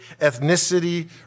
ethnicity